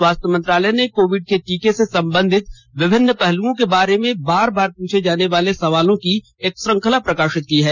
स्वास्थ्य मंत्रालय ने कोविड के टीके से संबंधित विभिन्न पहलुओं के बारे में बार बार पूछे जाने वाले सवालों की एक श्रृंखला प्रकाशित की है